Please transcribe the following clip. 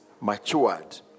matured